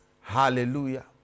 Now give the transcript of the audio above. Hallelujah